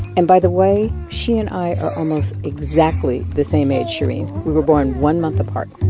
and by the way, she and i are almost exactly the same age, shereen. we were born one month apart